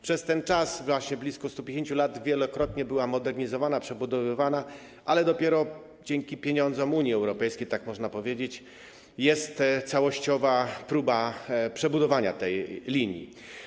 Przez ten czas właśnie blisko 150 lat wielokrotnie była modernizowana, przebudowywana, ale dopiero dzięki pieniądzom Unii Europejskiej, tak można powiedzieć, jest całościowa próba przebudowania tej linii.